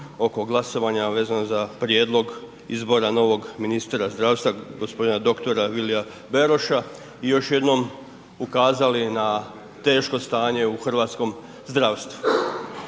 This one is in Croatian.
oko glasovanja vezano za prijedlog izbora novog ministra zdravstva g. dr. Vilija Beroša i još jednom ukazali na teško stanje u hrvatskom zdravstvu.